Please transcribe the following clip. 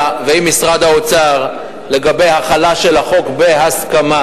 ועם משרד האוצר לגבי החלה של החוק בהסכמה,